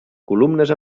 columnes